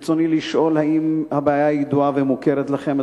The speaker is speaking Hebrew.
ברצוני לשאול: 1. האם הבעיה ידועה ומוכרת לכם,